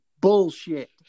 bullshit